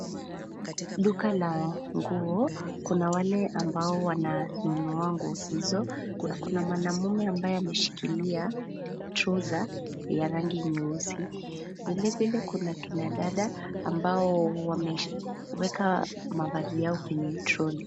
Duka la nguo kuna wale ambao wana nunua nguo hizo na kuna mwanamume ambaye ameshikilia trouser ya rangi nyeusi. Vilevile kuna kinadada ambao wameweka mavazi yao kwenye troli.